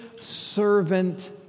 servant